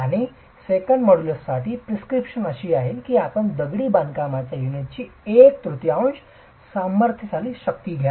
आणि सेकंट मॉड्यूलससाठी प्रिस्क्रिप्शन अशी आहे की आपण दगडी बांधकामाच्या युनिटची एक तृतीयांश सामर्थ्यशाली शक्ती घ्या